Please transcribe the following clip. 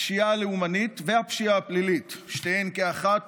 הפשיעה הלאומנית והפשיעה הפלילית, שתיהן כאחת